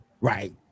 right